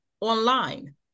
online